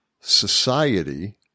society